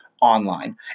online